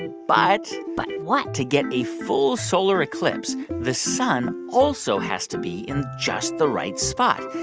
and but. but what. to get a full solar eclipse, the sun also has to be in just the right spot.